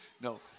No